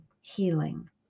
healing